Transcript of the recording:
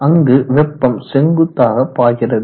அங்கு வெப்பம் செங்குத்தாக பாய்கிறது